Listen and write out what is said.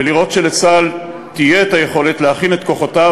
ולראות שלצה"ל תהיה היכולת להכין את כוחותיו